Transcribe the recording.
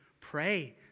Pray